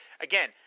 Again